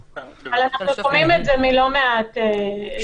אנחנו שומעים את זה מלא מעט שופטים.